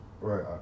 Right